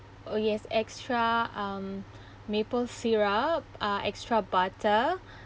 oh yes extra um maple syrup uh extra butter